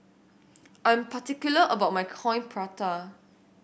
I'm particular about my Coin Prata